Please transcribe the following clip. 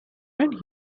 when